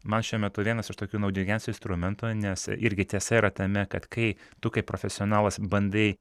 man šiuo metu vienas iš tokių naudingiausių instrumentų nes irgi tiesa yra tame kad kai tu kaip profesionalas bandai